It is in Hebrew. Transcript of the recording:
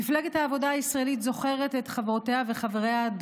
מפלגת העבודה הישראלית זוכרת את חברותיה וחבריה,